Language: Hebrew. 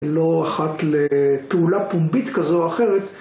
לא אחת לפעולה פומבית כזו או אחרת.